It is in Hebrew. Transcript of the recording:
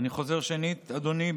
אני חוזר שנית, אדוני.